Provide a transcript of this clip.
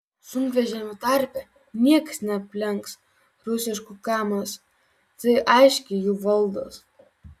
sunkvežimių tarpe niekas neaplenks rusiškų kamaz tai aiškiai jų valdos